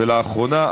ולאחרונה,